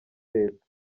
leta